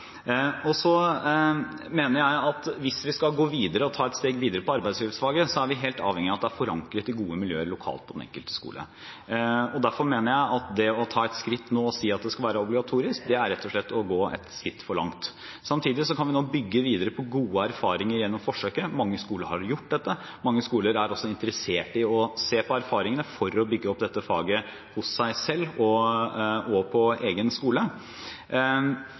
mener at hvis vi skal ta et steg videre med arbeidslivsfaget, er vi helt avhengige av at det er forankret i gode miljøer lokalt på den enkelte skole. Derfor mener jeg at det å ta et skritt nå og si at det skal være obligatorisk, rett og slett er å gå et skritt for langt. Samtidig kan vi nå bygge videre på gode erfaringer gjennom forsøket. Mange skoler har gjort dette, og mange skoler er også interessert i å se på erfaringene for å bygge opp dette faget hos seg selv, på egen skole.